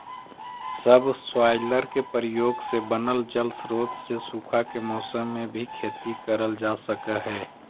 subsoiler के प्रयोग से बनल जलस्रोत से सूखा के मौसम में भी खेती करल जा सकऽ हई